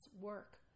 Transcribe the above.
work